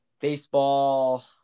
baseball